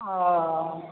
ओह